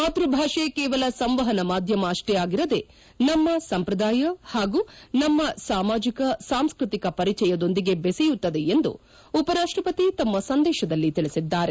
ಮಾತ್ರಭಾಷೆ ಕೇವಲ ಸಂವಹನ ಮಾಧ್ಯಮ ಅಕ್ಷೇ ಆಗಿರದೆ ನಮ್ನ ಸಂಪ್ರದಾಯ ಮತ್ತು ನಮ್ನ ಸಾಮಾಜಕ ಸಾಂಸ್ತತಿಕ ಪರಿಚಯದೊಂದಿಗೆ ಬೆಸೆಯುತ್ತದೆ ಎಂದು ಉಪರಾಷ್ಟಪತಿ ತಮ್ಮ ಸಂದೇಶದಲ್ಲಿ ತಿಳಿಸಿದ್ದಾರೆ